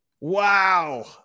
wow